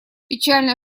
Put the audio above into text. печально